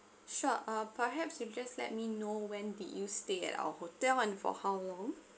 sure um perhaps you can just let me know when did you stay at our hotel and for how long